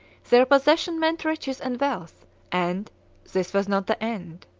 their possession meant riches and wealth and this was not the end.